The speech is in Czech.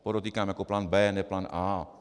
Podotýkám jako plán B, ne plán A.